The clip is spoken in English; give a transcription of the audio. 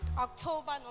October